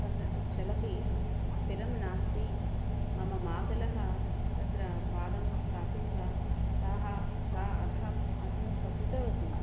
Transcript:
तद् चलति स्थिरं नास्ति मम मातुलः तत्र पादं स्थापित्वा साः सा अघः अधः पतितवती